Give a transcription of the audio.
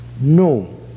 No